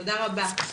תודה רבה.